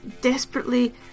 desperately